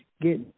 get